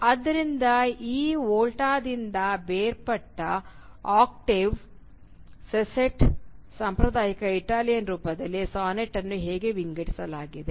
ಈಗ ಆದ್ದರಿಂದ ವೋಲ್ಟಾದಿಂದ ಬೇರ್ಪಟ್ಟ ಈ ಆಕ್ಟೇವ್ ಸೆಸ್ಟೆಟ್ ಸಾಂಪ್ರದಾಯಿಕ ಇಟಾಲಿಯನ್ ರೂಪದಲ್ಲಿ ಸಾನೆಟ್ ಅನ್ನು ಹೇಗೆ ವಿಂಗಡಿಸಲಾಗಿದೆ